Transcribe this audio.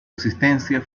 existencia